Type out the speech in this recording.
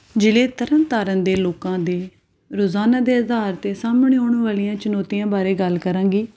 ਜ਼ਿਲ੍ਹੇ ਤਰਨ ਤਾਰਨ ਦੇ ਲੋਕਾਂ ਦੇ ਰੋਜ਼ਾਨਾ ਦੇ ਆਧਾਰ 'ਤੇ ਸਾਹਮਣੇ ਆਉਣ ਵਾਲੀਆਂ ਚੁਣੌਤੀਆਂ ਬਾਰੇ ਗੱਲ ਕਰਾਂਗੀ